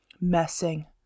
messing